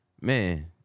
man